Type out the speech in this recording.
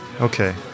Okay